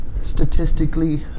statistically